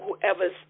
whoever's